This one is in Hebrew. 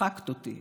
הצחקת אותי,